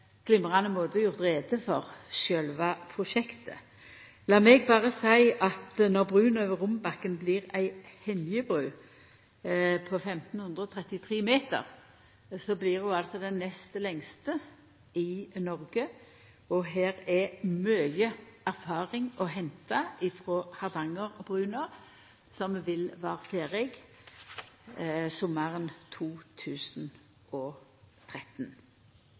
glimrande måte gjort greie for sjølve prosjektet. Lat meg berre seia at når brua over Rombaken blir ei hengjebru på 1 533 meter, blir ho den nest lengste i Noreg. Her er mykje erfaring å henta frå Hardangerbrua, som vil vera ferdig sommaren 2013. Det er inga direkte kopling mellom dei innsparte midlane som følgjer av nedlegginga av lufthamna, og